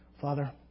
Father